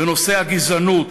בנושא הגזענות,